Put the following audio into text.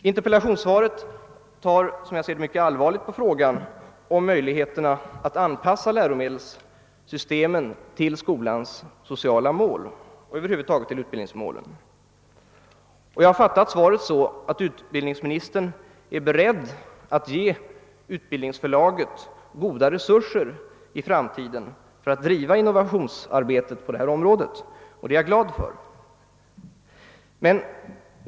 I interpellationssvaret tar statsrådet allvarligt på frågan om möjligheterna att anpassa läromedelssystemen till skolans sociala mål och över huvud taget till utbildningsmålen. Jag har fattat svaret så att utbildningsministern är beredd att ge Utbildningsförlaget goda resurser i framtiden för att driva innovationsarbetet på detta område, och det är jag glad för.